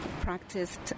practiced